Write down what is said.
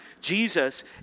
Jesus